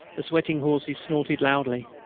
the sweating horses snorted loudly.